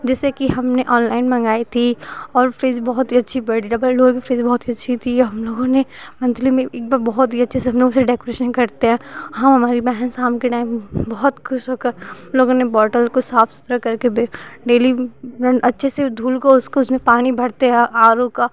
जिससे कि हमने ऑनलाइन मंगाई थी और फ़्रिज बहुत ही अच्छी बड़ी डबल डोर की फ्रिज बहुत ही अच्छी थी हम लोगों ने अंजली में एक बार बहुत ही अच्छे से हम लोग उसे डेकोरेशन करते हैं हम हमारी बहन शाम के टाइम बहुत खुश होकर हम लोगों ने बौटल को साफ सुथरा करके बे डेली अच्छे से धूल को उसको उसमें पानी भड़ते हैं आर ओ का